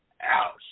Ouch